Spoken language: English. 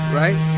right